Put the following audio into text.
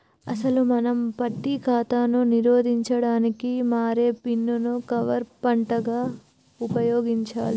అసలు మనం మట్టి కాతాను నిరోధించడానికి మారే బీన్ ను కవర్ పంటగా ఉపయోగించాలి